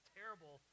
terrible